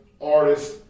artist